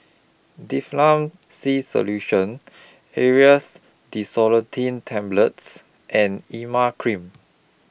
Difflam C Solution Aerius DesloratadineTablets and Emla Cream